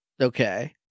Okay